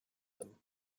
them